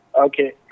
okay